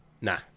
Nah